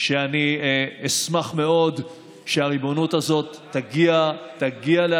אני אשמח מאוד שהריבונות הזאת תגיע להצבעה,